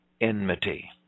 enmity